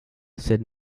sed